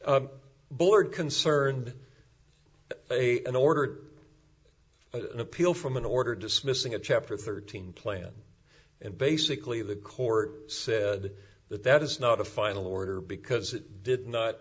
board concerned a in order but an appeal from an order dismissing a chapter thirteen plan and basically the court said that that is not a final order because it did not